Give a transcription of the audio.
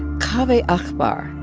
kaveh akbar.